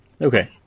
Okay